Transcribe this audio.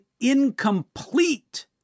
incomplete